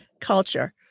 culture